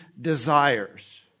desires